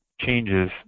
changes